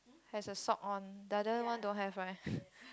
has a sock on the other one don't have right